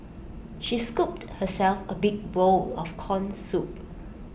she scooped herself A big bowl of Corn Soup